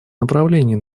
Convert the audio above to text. направлений